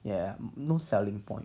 ya no selling point